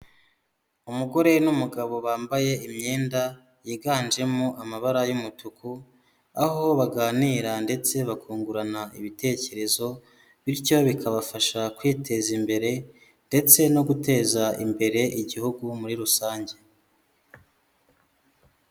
Umugore n'umugabo bambaye imyenda yiganjemo amabara y'umutuku, aho baganira ndetse bakungurana ibitekerezo, bityo bikabafasha kwiteza imbere ndetse no guteza imbere igihugu muri rusange.